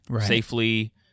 safely